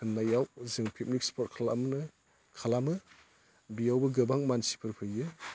होननायाव जों picnic spot खालामनो खालामो बियावबो गोबां मानसिफोर फैयो